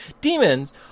demons